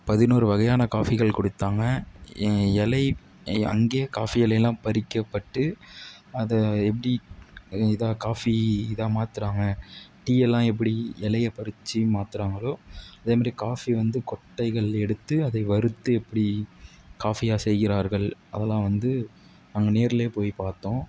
பதினோரு வகையான காஃபிகள் கொடுத்தாங்க இலை அங்கேயே காஃபி இலைலாம் பறிக்கப்பட்டு அதை எப்படி இதாக காஃபி இதாக மாற்றுறாங்க டீயெல்லாம் எப்படி இலைய பறித்து மாற்றுறாங்களோ அதே மாரியே காஃபி வந்து கொட்டைகள் எடுத்து அதை வறுத்து எப்படி காஃபியாக செய்கிறார்கள் அதெல்லாம் வந்து நாங்கள் நேரில் போய் பார்த்தோம்